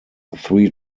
three